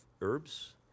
herbs